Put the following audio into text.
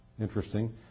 Interesting